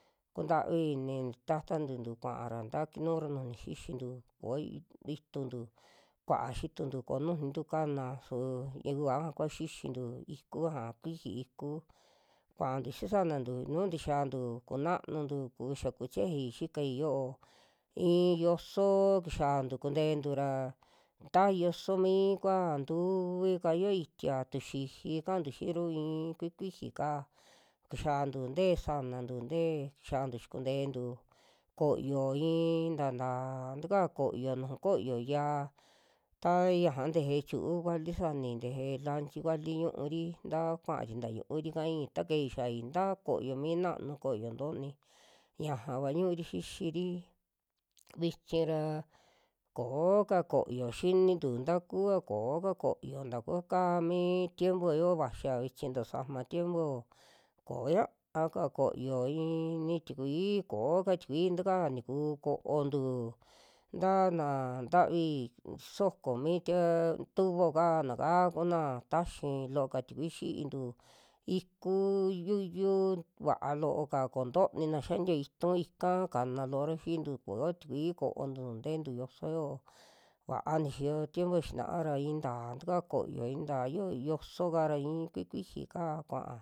Kuntavi ini taatantu'tu kuara ta kinura nujuni xixintu koo i- ituntu, kua xituntu koo nujunintu kana su yuva ñaja kua xixintu, iku ñaja kuiji iku kuantu xi'i sanantu nu tixiantu kunanuntu ku xa kuchejei xikai yo'o, i'i yoso kixiantu kuntentu ra ta yosomi'kua ntuvi kaa yo'o itia, tuxiji kantu xiiru i'i kui kuiji kaa, kixiantu te'e sanantu tee, kixiantu xikuntentu koyo i'in taa taka koyo nuju koyo ya'a, ta ñaja teje chu'u vali sanai, teje lanchi kuali ñuuri, ta kuari tañuuri kai ta kei xiai nta koyo mii, nanu koyo ntoni ñajava ñuuri xixiri, vichi ra ko'oka koyo xinintu takua ko'o takua kaa mi tiempo yoo vaxia vichi, tasajma tiempo koñaa'ka koyo i'ini tikui, koo'ka tikui taka ntikuu ko'ontu nta naa ntavi soko mi tie tubo'ka nakaa kuna taxi loo'ka tikui xiintu, ikuu yuyu va'a loo'ka kontoni na xiantia itu ika kana loo'ra xiintu koo tikui koontu nuu ntentu yoso yo'o, vaa nixiyo tiempo xinaa ra i'in taa taka koyo, i'in taa yio yoso'ka ra i'in kui kuiji ka kua'a.